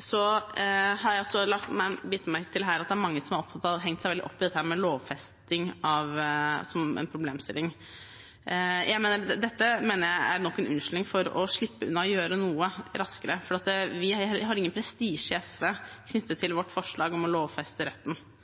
Så har jeg også lagt merke til at det er mange her som har hengt seg opp i dette med lovfesting som en problemstilling. Dette mener jeg er nok en unnskyldning for å slippe å gjøre noe raskere, for vi har ingen prestisje i SV knyttet til vårt forslag om å lovfeste retten